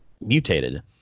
mutated